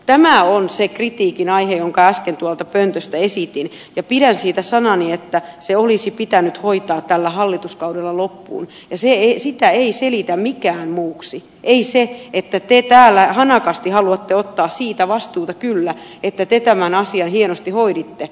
tämä on se kritiikin aihe jonka äsken tuolta pöntöstä esitin ja pidän siitä sanani että se olisi pitänyt hoitaa tällä hallituskaudella loppuun ja sitä ei selitä mikään muuksi ei se että te täällä hanakasti haluatte ottaa siitä vastuuta kyllä että te tämän asian hienosti hoiditte